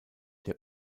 der